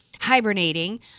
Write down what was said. hibernating